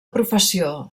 professió